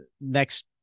next